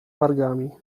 wargami